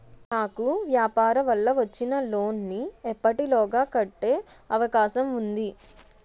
నాకు వ్యాపార వల్ల వచ్చిన లోన్ నీ ఎప్పటిలోగా కట్టే అవకాశం ఉంది?